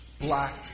black